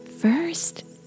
First